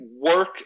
work